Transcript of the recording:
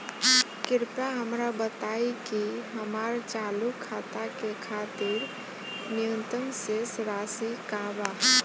कृपया हमरा बताइ कि हमार चालू खाता के खातिर न्यूनतम शेष राशि का बा